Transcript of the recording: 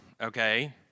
okay